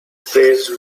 praise